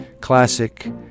classic